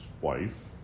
wife